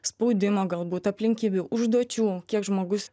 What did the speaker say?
spaudimo galbūt aplinkybių užduočių kiek žmogus